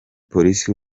polisi